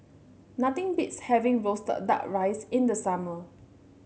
nothing beats having roasted duck rice in the summer